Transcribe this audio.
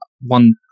one